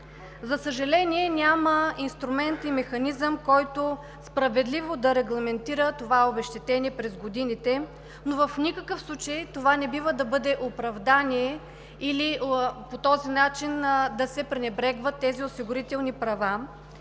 За съжаление, няма инструмент и механизъм, който справедливо да регламентира това обезщетение през годините, но в никакъв случай това не бива да бъде оправдание или по този начин да се пренебрегват тези осигурителни права